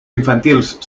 infantils